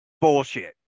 bullshit